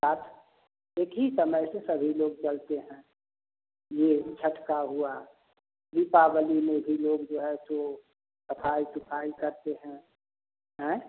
साथ इसी समय से सभी लोग चलते हैं ये छत्त का हुआ दीपावली में भी लोग जो है सो सफ़ाई सुफई करते हैं हाँ